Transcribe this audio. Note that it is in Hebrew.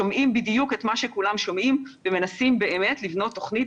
שומעים בדיוק את מה שכולם שומעים ומנסים באמת לבנות תוכנית